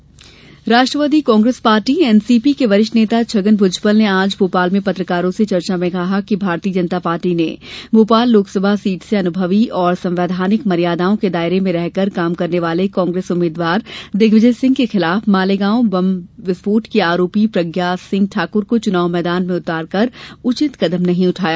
भुजबल राष्ट्रवादीकांग्रेस party NCP के वरिष्ठ नेता छगन भुजबल ने आज भोपाल में पत्रकारों से चर्चा में कहा कि भारतीय जनता पार्टी ने भोपाल लोकसभा सीट से अनुभवी और संवैधानिक मर्यादाओं के दायरे में रहकर काम करने वाले कांग्रेस उम्मीद्वार दिग्विजय सिंह के खिलाफ मालेगांव बम विस्फोट की आरोपी प्रज्ञा सिंह ठाकुर को चुनाव मैदान में उतारकर उचित कदम नहीं उठाया